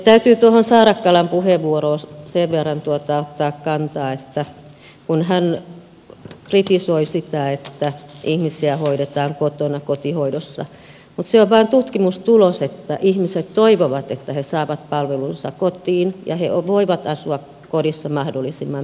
täytyy tuohon saarakkalan puheenvuoroon sen verran ottaa kantaa että kun hän kritisoi sitä että ihmisiä hoidetaan kotona kotihoidossa se on vain tutkimustulos että ihmiset toivovat että he saavat palvelunsa kotiin ja he voivat asua kodissa mahdollisimman pitkään